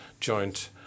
joint